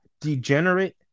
degenerate